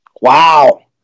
Wow